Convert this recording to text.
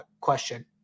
question